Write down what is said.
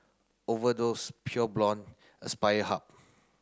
Overdose Pure Blonde Aspire Hub